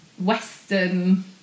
western